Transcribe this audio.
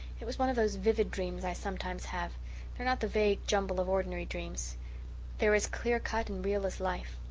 it was one of those vivid dreams i sometimes have they are not the vague jumble of ordinary dreams they are as clear cut and real as life.